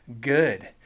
good